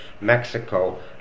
Mexico